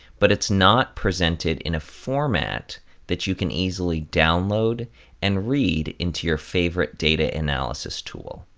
but it's not presented in a format that you can easily download and read into your favorite data analysis tool.